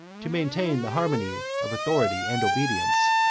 to maintain the harmony of authority and obedience,